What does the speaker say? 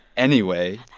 anyway,